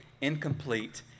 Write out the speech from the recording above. incomplete